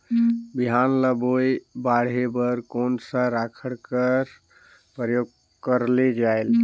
बिहान ल बोये बाढे बर कोन सा राखड कर प्रयोग करले जायेल?